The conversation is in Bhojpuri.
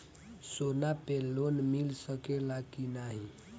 सोना पे लोन मिल सकेला की नाहीं?